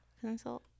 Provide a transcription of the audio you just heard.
consult